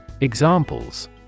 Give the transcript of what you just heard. Examples